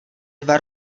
dva